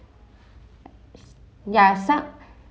ya sa~